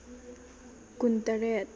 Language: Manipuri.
ꯀꯨꯟ ꯇꯔꯦꯠ